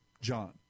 John